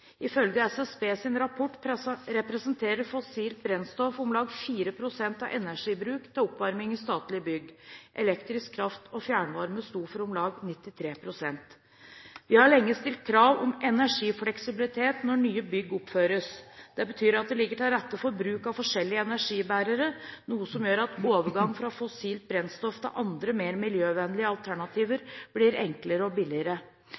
representerer fossilt brennstoff om lag 4 pst. av energibruk til oppvarming i statlige bygg. Elektrisk kraft og fjernvarme sto for om lag 93 pst. Vi har lenge stilt krav om energifleksibilitet når nye bygg oppføres. Det betyr at det ligger til rette for bruk av forskjellige energibærere, noe som gjør at overgang fra fossilt brennstoff til andre mer miljøvennlige alternativer blir enklere og billigere.